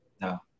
no